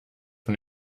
von